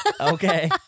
Okay